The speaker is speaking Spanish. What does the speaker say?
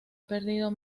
perdido